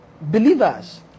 Believers